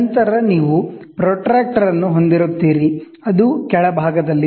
ನಂತರ ನೀವು ಪ್ರೊಟ್ರಾಕ್ಟರ್ ಅನ್ನು ಹೊಂದಿರುತ್ತೀರಿ ಅದು ಕೆಳಭಾಗದಲ್ಲಿದೆ